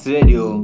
Radio